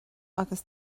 agus